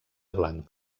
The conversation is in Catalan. blanc